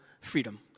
freedom